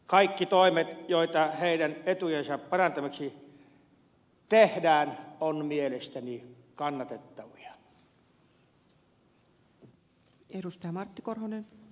kaikki toimet joita heidän etujensa parantamiseksi tehdään ovat mielestäni kannatettavia